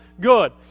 good